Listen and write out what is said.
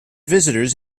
visitors